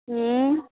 हूँ